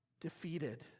defeated